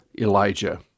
Elijah